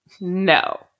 No